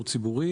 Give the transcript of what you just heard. ציבורי